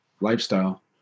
lifestyle